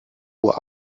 uhr